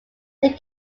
they